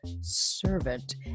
servant